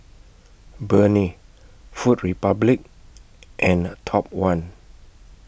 Burnie Food Republic and Top one